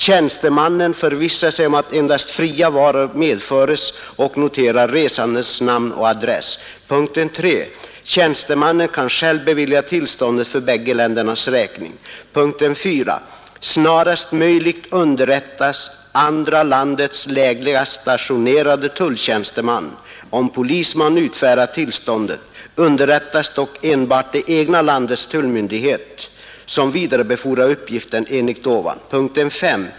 Tjänstemannen förvissar sig om att endast ”fria” varor medföres och noterar resandens namn och adress. 3. Tjänstemannen kan själv bevilja tillståndet för bägge ländernas räkning. 4. Snarast möjligt underrättas andra landets lägligast stationerade tulltjänsteman — om polisman utfärdat tillståndet underrättas dock enbart det egna landets tullmyndighet som vidarebefordrar uppgiften enligt ovan. 5.